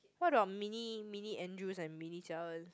what about mini mini Andrews and mini Jia-En